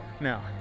no